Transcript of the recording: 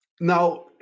Now